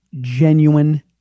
genuine